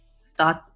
start